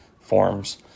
forms